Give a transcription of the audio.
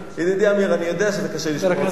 ידידי עמיר, אני יודע שזה קשה לשמוע אותי.